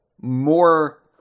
more